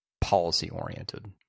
policy-oriented